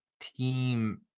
team